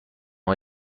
های